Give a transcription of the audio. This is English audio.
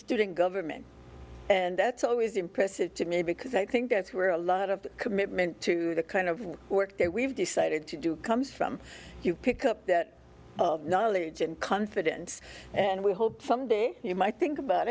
student government and that's always impressive to me because i think that's where a lot of the commitment to the kind of work that we've decided to do comes from you pick up that knowledge and confidence and we hope someday you might think about